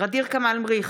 ע'דיר כמאל מריח,